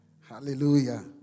Hallelujah